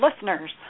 listeners